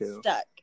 stuck